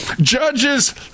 judges